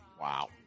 Wow